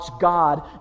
God